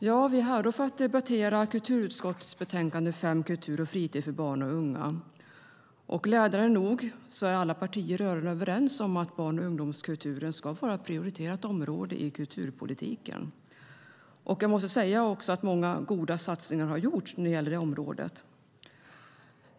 Herr talman! Vi debatterar nu kulturutskottets betänkande 5, Kultur och fritid för barn och unga . Glädjande nog är alla partier rörande överens om att barn och ungdomskulturen ska vara ett prioriterat område i kulturpolitiken. Jag måste säga att många goda satsningar har gjorts när det gäller detta område.